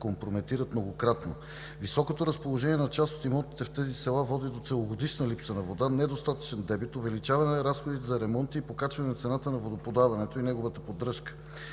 компрометират многократно. Високото разположение на част от имотите в тези села води до целогодишна липса на вода, недостатъчен дебит, увеличаване разходите за ремонти, покачване цената на водоподаването и неговата поддръжка.